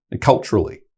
culturally